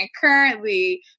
currently